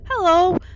Hello